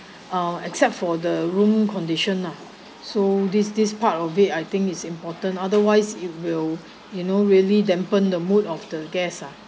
ah except for the room condition lah so this this part of it I think it's important otherwise it will you know really dampen the mood of the guest ah